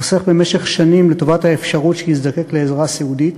חוסך במשך שנים לטובת האפשרות שיזדקק לעזרה סיעודית.